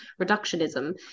reductionism